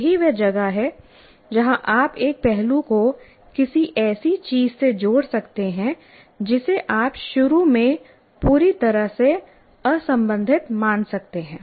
यही वह जगह है जहाँ आप एक पहलू को किसी ऐसी चीज़ से जोड़ सकते हैं जिसे आप शुरू में पूरी तरह से असंबंधित मान सकते हैं